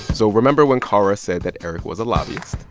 so remember when kara said that eric was a lobbyist.